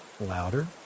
louder